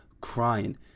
crying